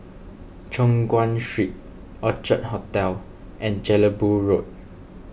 Choon Guan Street Orchard Hotel and Jelebu Road